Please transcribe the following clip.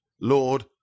Lord